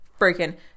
freaking